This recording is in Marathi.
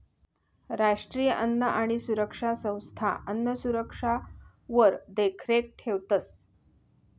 राष्ट्रीय अन्न आणि कृषी संस्था अन्नसुरक्षावर देखरेख ठेवतंस